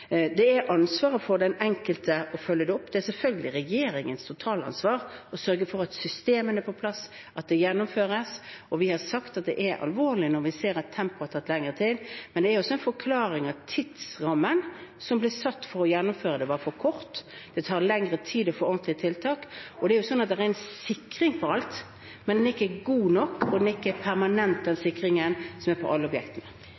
Det er den enkeltes ansvar å følge det opp. Det er selvfølgelig regjeringens totalansvar å sørge for at systemene er på plass, at det gjennomføres. Og vi har sagt at det er alvorlig når vi ser at tempoet har ført til at det har tatt lengre tid, men det er også en forklaring at tidsrammen som ble satt for å gjennomføre det, var for kort. Det tar lengre tid å få ordentlige tiltak. Det er sånn at det er en sikring på alt, men den er ikke god nok, og det er ikke permanent sikring på alle objektene.